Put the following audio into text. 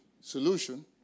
solution